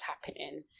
happening